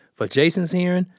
for jason's hearing,